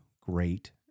great